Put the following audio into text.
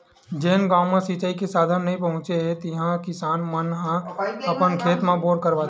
जेन गाँव म सिचई के साधन नइ पहुचे हे तिहा के किसान मन ह अपन खेत म बोर करवाथे